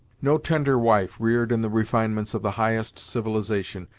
no tender wife, reared in the refinements of the highest civilization,